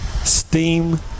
steam